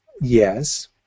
Yes